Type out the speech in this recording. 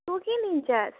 तँ के लिन्छस्